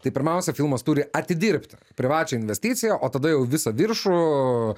tai pirmiausia filmas turi atidirbti privačią investiciją o tada jau visą viršų